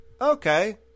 okay